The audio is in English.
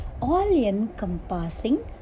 all-encompassing